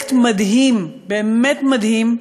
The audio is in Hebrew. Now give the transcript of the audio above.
פרויקט מדהים, באמת מדהים,